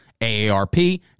AARP